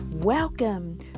Welcome